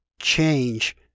change